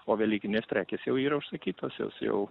o velykinės prekės jau yra užsakytos jos jau